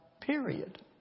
period